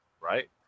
right